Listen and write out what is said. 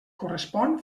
correspon